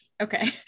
Okay